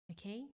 Okay